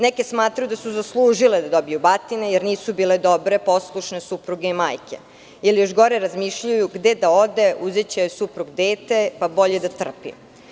Neke smatraju da su zaslužile da dobiju batine jer nisu bile dobre, poslušne supruge i majke ili još gore razmišljaju – gde da ode, uzeće joj suprug dete pa bolje da trpi.